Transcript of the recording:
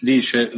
Dice